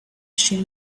she